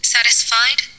Satisfied